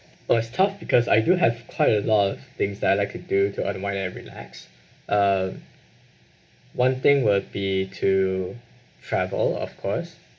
uh it's tough because I do have quite a lot of things that I like to do to unwind and relax uh one thing would be to travel of course